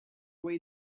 way